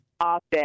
office